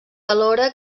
alhora